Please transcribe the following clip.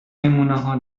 نمونهها